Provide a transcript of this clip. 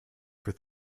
for